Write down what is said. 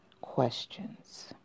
questions